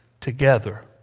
Together